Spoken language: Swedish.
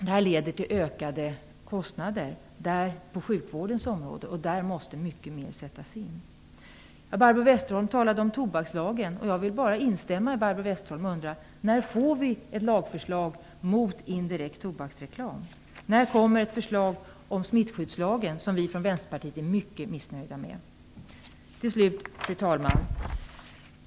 Detta leder till ökade kostnader på sjukvårdens område. Där måste mycket mer av resurser sättas in. Barbro Westerholm talade om tobakslagen. Jag instämmer i vad hon sade, men jag undrar: När får vi ett lagförslag mot indirekt tobaksreklam? När kommer ett förslag om smittskyddslagen, som vi i Vänsterpartiet är mycket missnöjda med? Till slut, fru talman!